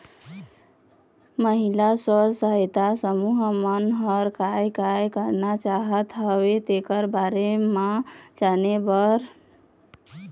महिला स्व सहायता समूह मन ह काय काय करना चाहत हवय तेखर बारे म जाने बर